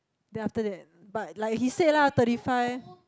then after that but like he said lah thirty five